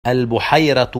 البحيرة